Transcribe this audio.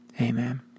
Amen